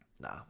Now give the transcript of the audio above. nah